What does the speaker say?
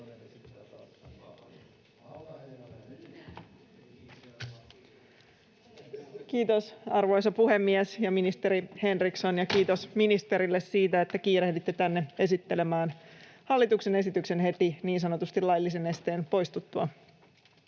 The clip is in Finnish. Kiitos, arvoisa puhemies! Kiitos, ministeri Henriksson, ja kiitos ministerille siitä, että kiirehditte tänne esittelemään hallituksen esityksen heti niin sanotusti laillisen esteen poistuttua.